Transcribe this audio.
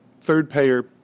third-payer